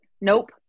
nope